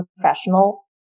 professional